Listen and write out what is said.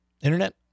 Internet